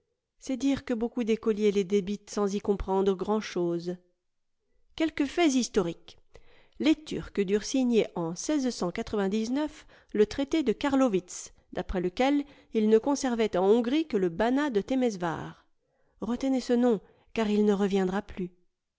c'est dire que beaucoup d'écoliers les débitent sans y comprendre grand'chose quelques faits historiques les turcs durent signer en le traité de karlowits d'après lequel ils ne conservaient en hongrie que le banat de témesvar retenez ce nom car il ne reviendra plus